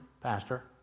pastor